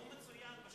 נאום מצוין.